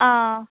आं